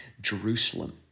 Jerusalem